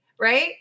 right